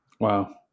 Wow